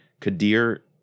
Kadir